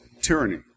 tyranny